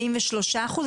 43%?